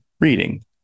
reading